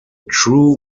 true